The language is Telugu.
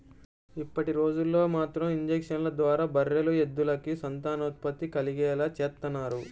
ఇప్పటిరోజుల్లో మాత్రం ఇంజక్షన్ల ద్వారా బర్రెలు, ఎద్దులకి సంతానోత్పత్తి కలిగేలా చేత్తన్నారు